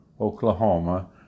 Oklahoma